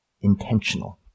intentional